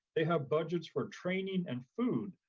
they have budgets for training and food,